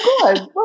Good